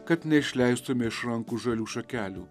kad neišleistume iš rankų žalių šakelių